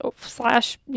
slash